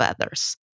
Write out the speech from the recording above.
others